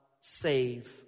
save